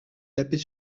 taper